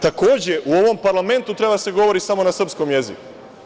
Takođe, u ovom parlamentu treba da se govori samo na srpskom jeziku.